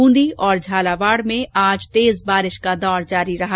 ब्रंदी और झालावाड़ में भी आज तेज बारिश का दौर जारी रहा